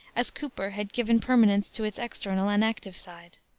as cooper had given permanence to its external and active side.